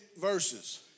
verses